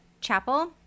chapel